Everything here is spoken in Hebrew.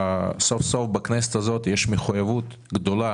סוף-סוף בכנסת הזאת יש מחויבות גדולה